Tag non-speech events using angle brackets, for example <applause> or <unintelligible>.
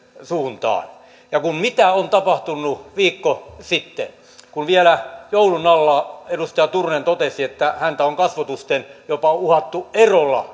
suuntaan ja mitä on tapahtunut viikko sitten vielä joulun alla edustaja turunen totesi että häntä on kasvotusten jopa uhattu erolla <unintelligible>